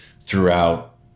throughout